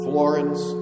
Florence